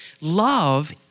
Love